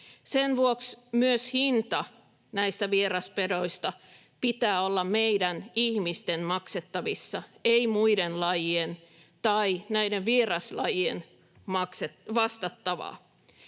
Sen vuoksi myös hinnan näistä vieraspedoista pitää olla meidän ihmisten maksettavissa, ei muiden lajien tai näiden vieraslajien vastattavaa.